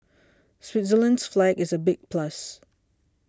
Switzerland's flag is a big plus